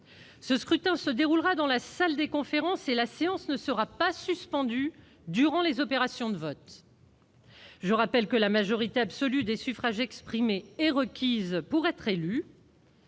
Ce scrutin se déroulera dans la salle des conférences et la séance ne sera pas suspendue durant les opérations de vote. Je rappelle que la majorité absolue des suffrages exprimés est requise pour être élu.